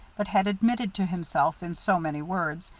but had admitted to himself, in so many words,